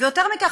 ויותר מכך,